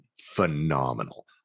phenomenal